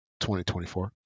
2024